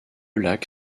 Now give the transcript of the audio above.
lac